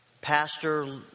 pastor